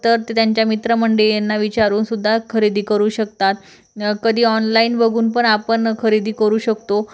तर ते त्यांच्या मित्रमंडळींना विचारूनसुद्धा खरेदी करू शकतात कधी ऑनलाईन बघून पण आपण खरेदी करू शकतो